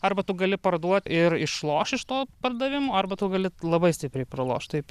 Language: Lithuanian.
arba tu gali parduo ir išloš iš to pardavimo arba tu gali labai stipriai pralošt taip